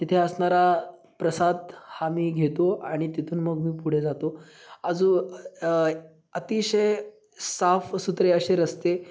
तिथे असणारा प्रसाद हा मी घेतो आणि तिथून मग मी पुढे जातो आजू अतिशय साफसुथरे असे रस्ते